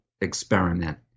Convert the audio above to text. experiment